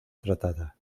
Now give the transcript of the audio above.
tratada